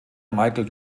michael